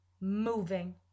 moving